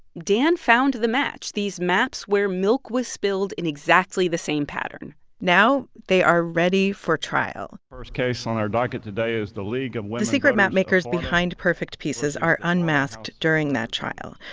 dan found the match these maps where milk was spilled in exactly the same pattern now they are ready for trial first case on our docket today is the league of. the secret map-makers behind perfect pieces are unmasked during that trial.